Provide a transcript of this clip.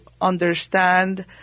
understand